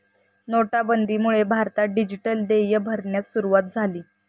नोटाबंदीमुळे भारतात डिजिटल देय भरण्यास सुरूवात झाली